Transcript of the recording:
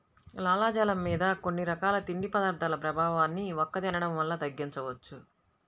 లాలాజలం మీద కొన్ని రకాల తిండి పదార్థాల ప్రభావాన్ని వక్క తినడం వల్ల తగ్గించవచ్చు